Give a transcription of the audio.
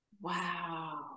Wow